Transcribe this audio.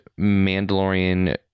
Mandalorian